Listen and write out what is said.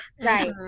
right